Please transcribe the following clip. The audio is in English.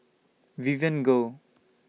Vivien Goh